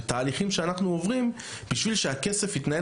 ותהליכים שאנחנו עוברים בשביל שהכסף יתנהל